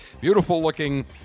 Beautiful-looking